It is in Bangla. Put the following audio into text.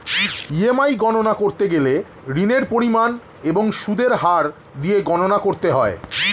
ই.এম.আই গণনা করতে গেলে ঋণের পরিমাণ এবং সুদের হার দিয়ে গণনা করতে হয়